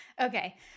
Okay